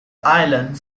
island